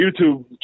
YouTube